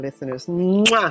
listeners